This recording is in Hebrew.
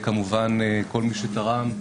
כמובן כל מי שתרם,